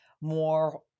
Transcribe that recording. More